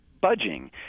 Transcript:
budging